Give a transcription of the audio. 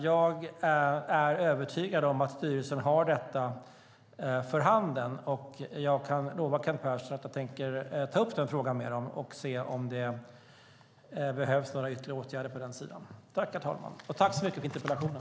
Jag är övertygad om att styrelsen har detta för handen, och jag kan lova Kent Persson att jag tänker ta upp frågan med dem och se om det behövs ytterligare åtgärder på den sidan. Tack för interpellationen!